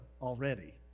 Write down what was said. already